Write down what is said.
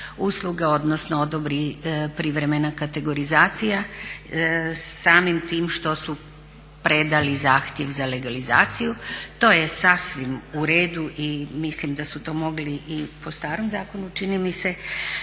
usluga, odnosno odobri privremena kategorizacija samim tim što su predali zahtjev za legalizaciju. To je sasvim u redu i mislim da su to mogli i po starom zakonu čini mi se.